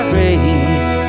raise